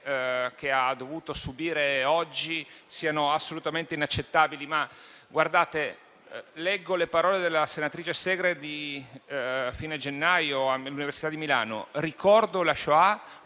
che ha dovuto subire oggi siano assolutamente inaccettabili. Leggo le parole che la senatrice Segre ha pronunciato a fine gennaio all'Università di Milano: «Ricordo la Shoah